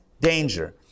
danger